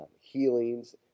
healings